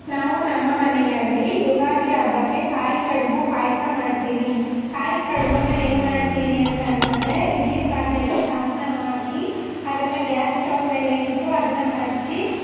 ನಾವು ನಮ್ಮ ಮನೆಯಲ್ಲಿ ಯುಗಾದಿ ಹಬ್ಬಕ್ಕೆ ಕಾಯಿ ಕಡುಬು ಪಾಯಸ ಮಾಡ್ತೀನಿ ಕಾಯಿ ಕಡುಬನ್ನು ಹೇಗೆ ಮಾಡ್ತೀವಿ ಅಂತಂದ್ರೆ ಇಡ್ಲಿ ಪಾತ್ರೆಗೆ ಸಂಪಳ ಹಾಕಿ ಅದನ್ನು ಗ್ಯಾಸ್ ಸ್ಟೌವ್ ಮೇಲೆ ಇಟ್ಟು ಅದನ್ನು ಹಚ್ಚಿ